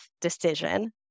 decision